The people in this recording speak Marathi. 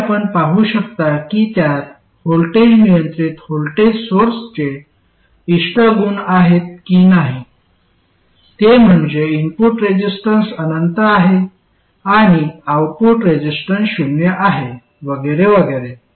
आणि आपण पाहू शकता की त्यात व्होल्टेज नियंत्रित व्होल्टेज सोर्सचे इष्ट गुण आहेत की नाही ते म्हणजे इनपुट रेजिस्टन्स अनंत आहे आणि आऊटपुट रेजिस्टन्स शून्य आहे वगैरे वगैरे